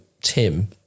Tim